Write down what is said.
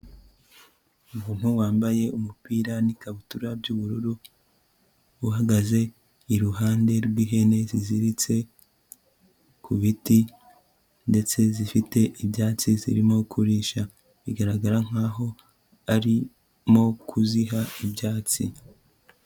Umuntu wambaye umupira n'ikabutura by'ubururu, uhagaze iruhande rw'ihene ziziritse ku biti ndetse zifite ibyatsi zirimo kurisha, bigaragara nk'aho arimo kuziha ibyatsi.